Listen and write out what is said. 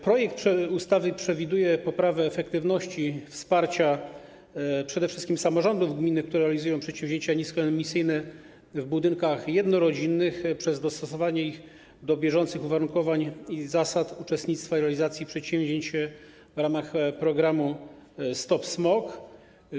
Projekt ustawy przewiduje poprawę efektywności wsparcia przede wszystkim samorządów gmin, które realizują przedsięwzięcia niskoemisyjne w budynkach jednorodzinnych, przez dostosowanie ich do bieżących uwarunkowań i zasad uczestnictwa i realizacji przedsięwzięć w ramach programu „Stop smog”